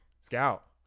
Scout